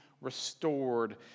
restored